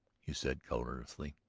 he said colorlessly.